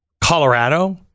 Colorado